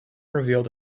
revealed